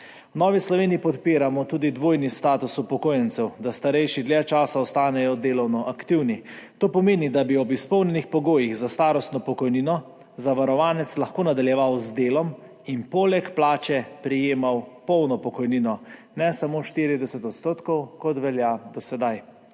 V Novi Sloveniji podpiramo tudi dvojni status upokojencev, da starejši dlje časa ostanejo delovno aktivni, to pomeni, da bi ob izpolnjenih pogojih za starostno pokojnino zavarovanec lahko nadaljeval z delom in poleg plače prejemal polno pokojnino, ne samo 40 %, kot velja do sedaj.